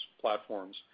platforms